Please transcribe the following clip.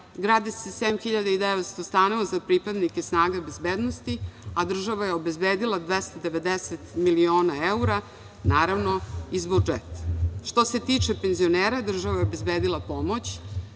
gradi se 7.900 stanova za pripadnike snaga bezbednosti, a država je obezbedila 290 miliona evra, naravno, iz budžeta. Što se tiče penzionera, država je obezbedila pomoć